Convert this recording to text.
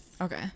Okay